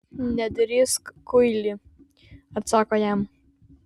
nedrįsk kuily atsako jam